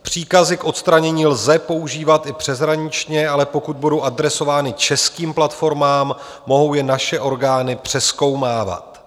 Příkazy k odstranění lze používat i přeshraničně, ale pokud budou adresovány českým platformám, mohou je naše orgány přezkoumávat.